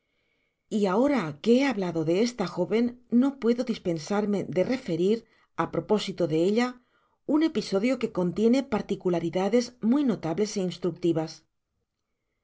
y ahora que he hablado de esta jóven no puedo dispensarme de referir á propósito de ella un episodio que contiene particularidades muy notables ó instructivas